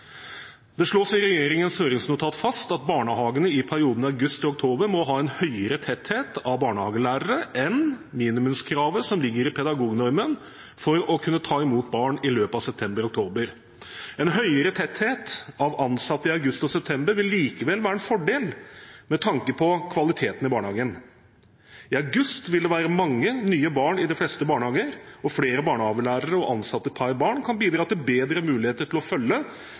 Det slås i regjeringens høringsnotat fast at barnehagene må «i perioden august til oktober ha en høyere tetthet av barnehagelærere enn minimumskravet som ligger i pedagognormen for å kunne ta imot barn i løpet av september/oktober». Videre står det skrevet: «En høyere tetthet av ansatte i august/september vil likevel være en fordel med tanke på kvaliteten i barnehagene. I august vil det være mange nye barn i de fleste barnehager. Flere barnehagelærere og ansatte per barn, kan bidra til bedre muligheter til å følge